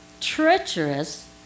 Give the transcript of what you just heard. treacherous